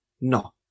no